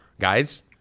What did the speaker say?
guys